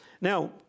Now